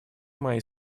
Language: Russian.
мои